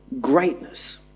greatness